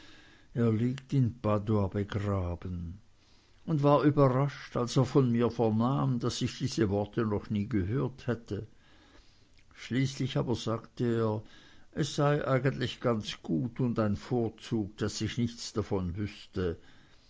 er liegt in padua begraben und war überrascht als er von mir vernahm daß ich diese worte noch nie gehört hätte schließlich aber sagte er es sei eigentlich ganz gut und ein vorzug daß ich nichts davon wüßte